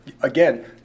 Again